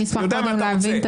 אני יודע מה אתה רוצה,